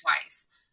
twice